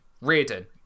Reardon